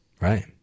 Right